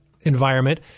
environment